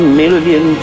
million